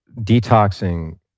detoxing